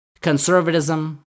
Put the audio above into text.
conservatism